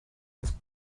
was